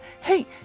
Hey